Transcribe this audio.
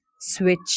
switch